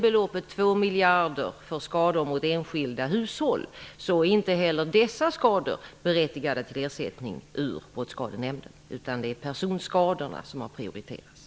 För att inga missförstånd skall uppstå vill jag påpeka att inte heller dessa skador berättigat till ersättning från Brottskadenämnden. Det är personskadorna som har prioriterats.